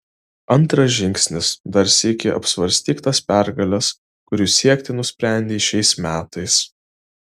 antras žingsnis dar sykį apsvarstyk tas pergales kurių siekti nusprendei šiais metais